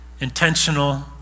intentional